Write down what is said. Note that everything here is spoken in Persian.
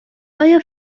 آیا